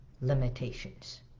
limitations